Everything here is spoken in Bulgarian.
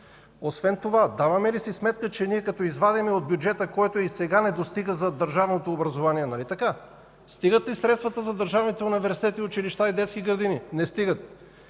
Освен това даваме ли си сметка, че ние като извадим от бюджета, който и сега не достига за държавното образование, нали така – стигат ли средствата за държавните университети, училища и детски градини? Не стигат!